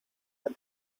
that